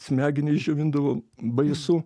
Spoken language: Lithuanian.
smegenis džiovindavo baisu